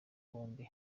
bombi